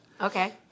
Okay